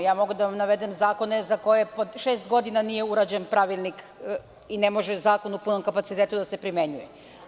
Mogu da vam navedem zakone za koje po šest godina nije urađen pravilnik i ne može zakon u punom kapacitetu da se primenjuje.